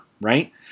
right